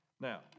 Now